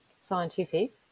scientific